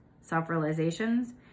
self-realizations